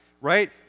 right